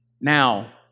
Now